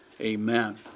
amen